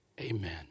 amen